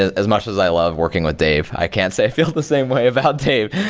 ah as much as i love working with dave, i can't say i feel the same way about dave,